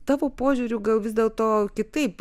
tavo požiūriu gal vis dėlto kitaip